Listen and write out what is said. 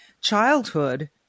childhood